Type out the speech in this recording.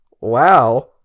wow